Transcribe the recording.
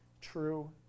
true